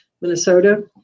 Minnesota